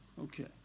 Okay